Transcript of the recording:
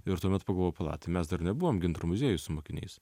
ir tuomet pagalvojau pala tai mes dar nebuvom gintaro muziejui su mokiniais